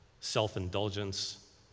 self-indulgence